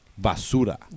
Basura